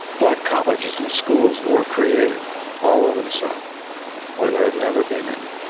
black colleges and schools were created all over the south where there had never been any.